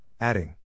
adding